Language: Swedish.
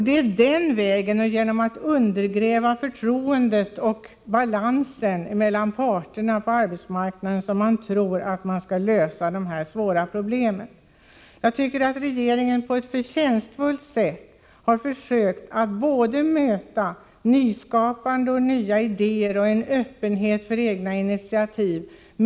Det är den vägen och genom att undergräva förtroendet och balansen mellan parterna på arbetsmarknaden som man tror att man skall kunna lösa de svåra problemen. Jag tycker att regeringen på ett förtjänstfullt sätt försökt möta nyskapande och nya idéer och visat öppenhet för egna initiativ från människorna.